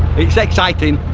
it's exciting.